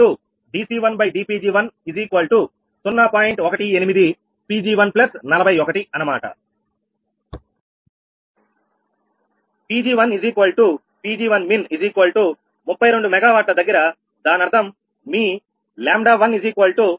18 Pg141 Pg1Pg1min32 MW దగ్గర దానర్థం మీ 1 1min0